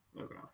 okay